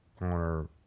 honor